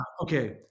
Okay